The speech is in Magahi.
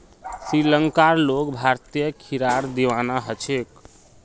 श्रीलंकार लोग भारतीय खीरार दीवाना ह छेक